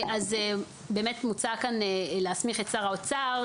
מוצע כאן להסמיך את שר האוצר,